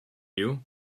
you